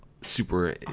super